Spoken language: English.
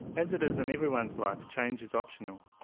as it is in everyone's life, change is optional,